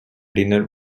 dinner